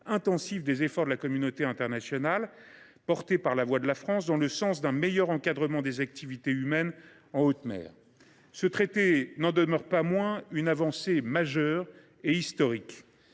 intensive des efforts de la communauté internationale, portée par la voix de la France, dans le sens d’un meilleur encadrement des activités humaines en haute mer. Ce traité n’en demeure pas moins une avancée majeure et historique.